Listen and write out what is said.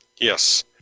Yes